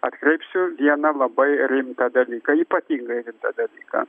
atkreipsiu vieną labai rimtą dalyką ypatingai rimtą dalyką